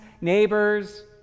neighbors